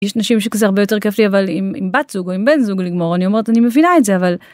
יש נשים שזה הרבה יותר כיף לי אבל עם, עם עם בת זוג או עם בן זוג לגמור, אני אומרת אני מבינה את זה, אבל...